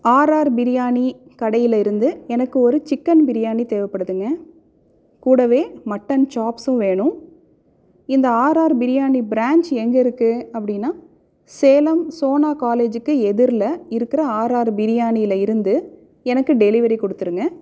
RR biryani கடையிலிருந்து எனக்கு ஒரு சிக்கன் பிரியாணி தேவைப்படுதுங்க கூடவே மட்டன் சாப்ஸும் வேணும் இந்த ஆர்ஆர் பிரியாணி பிராஞ்ச் எங்கே இருக்குது அப்படினா சேலம் சோனா காலேஜுக்கு எதிரில் இருக்கிற ஆர்ஆர் பிரியாணிலிருந்து எனக்கு டெலிவரி கொடுத்துருங்க